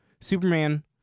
Superman